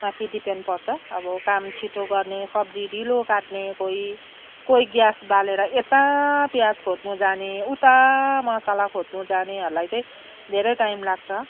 माथि डिपेन्ड पर्छ अब काम छिटो गर्ने सब्जी ढिलो काट्ने कोही कोही ग्यास बालेर यता प्याज खोज्नु जाने उता मसाला खोज्नु जानेहरूलाई चाहिँ धेरै टाइम लाग्छ